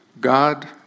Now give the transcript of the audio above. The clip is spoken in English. God